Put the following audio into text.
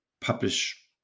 publish